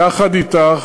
יחד אתך,